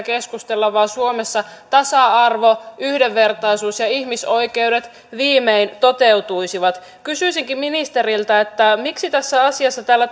keskustella vaan suomessa tasa arvo yhdenvertaisuus ja ihmisoikeudet viimein toteutuisivat kysyisinkin ministeriltä miksi tässä asiassa tällä